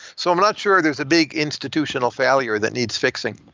so i'm not sure there's a big institutional failure that needs fixing.